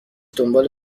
دنبال